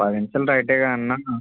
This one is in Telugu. పది నిమిషాలు రైటే గానన్నా